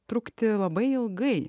trukti labai ilgai